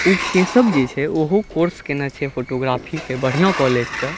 ओ केशव जे छै ओहो कोर्स केने छै फोटोग्राफीके बढ़िऑं कॉलेजसँ